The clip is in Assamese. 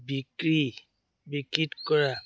বিক্ৰীত বিক্ৰীত কৰা